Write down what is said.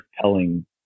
telling